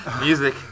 music